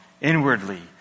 inwardly